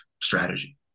strategy